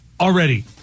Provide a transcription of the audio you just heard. already